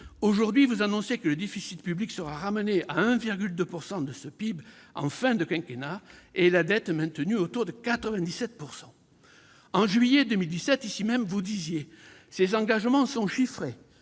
Aujourd'hui, vous annoncez que le déficit public sera ramené à 1,2 % du PIB en fin de quinquennat et que la dette sera maintenue autour de 97 %. En juillet 2017, ici même, vous disiez :« Ces engagements sont chiffrés,